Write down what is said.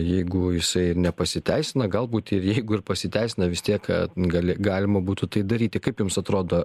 jeigu jisai nepasiteisina galbūt ir jeigu ir pasiteisina vis tiek gali galima būtų tai daryti kaip jums atrodo